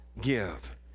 give